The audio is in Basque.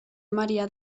emaria